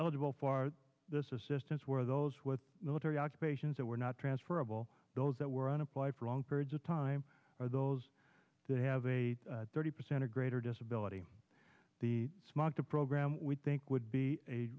eligible for this assistance where those with military occupations that were not transferable those that were on apply for long periods of time or those that have a thirty percent or greater disability the smog the program we think would be a